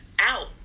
out